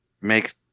make